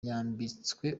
yambitswe